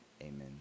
Amen